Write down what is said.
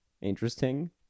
Interesting